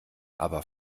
aber